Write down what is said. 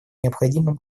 необходимым